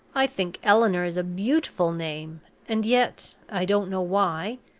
i think eleanor is a beautiful name and yet, i don't know why,